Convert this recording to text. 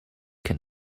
can